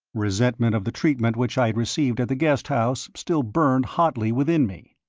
resentment of the treatment which i had received at the guest house still burned hotly within me,